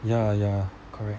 ya ya correct